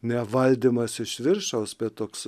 ne valdymas iš viršaus bet toks